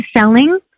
selling